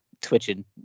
twitching